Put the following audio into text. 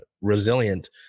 resilient